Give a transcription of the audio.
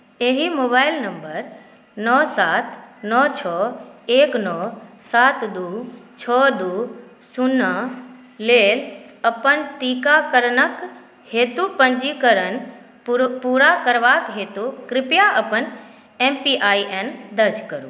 एहि mobile number नओ सात नओ छओ एक नओ सात दू छओ दू शुन्ना लेल अपन टीकाकरणक हेतु पंजीकरण पूरा करबाक हेतु कृपया अपन एम पी आइ एन दर्ज करू